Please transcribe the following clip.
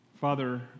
Father